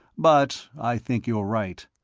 but i think you're right.